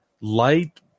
light